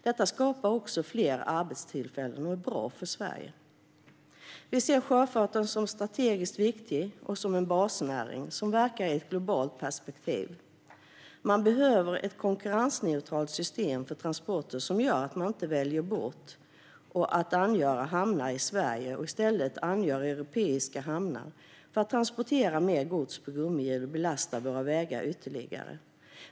Det skapar också fler arbetstillfällen och är bra för Sverige. Vi ser sjöfarten som strategiskt viktig och som en basnäring som verkar i ett globalt perspektiv. Det behöver finnas ett konkurrensneutralt system för transporter som gör att man inte väljer bort att angöra hamnarna i Sverige och i stället angör europeiska hamnar för att transportera mer gods på gummihjul och belasta våra vägar ytterligare.